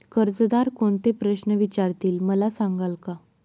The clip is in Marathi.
कर्जदार कोणते प्रश्न विचारतील, मला सांगाल का?